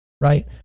right